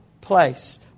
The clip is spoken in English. place